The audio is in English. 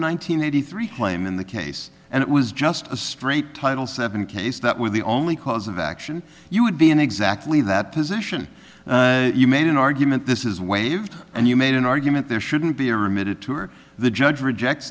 hundred eighty three claim in the case and it was just a straight title seven case that with the only cause of action you would be in exactly that position you made an argument this is waived and you made an argument there shouldn't be remitted to or the judge rejects